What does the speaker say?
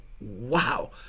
wow